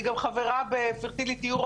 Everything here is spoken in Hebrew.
אני גם חברה ב Fertility Europe,